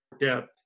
depth